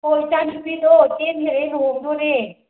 ꯑꯣ ꯏꯆꯥꯅꯨꯄꯤꯗꯣ ꯆꯦꯟꯈ꯭ꯔꯦ ꯂꯨꯍꯣꯡꯗꯣꯔꯦ